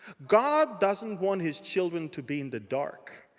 god doesn't want his children to be in the dark.